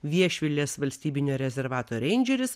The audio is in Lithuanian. viešvilės valstybinio rezervato reindžeris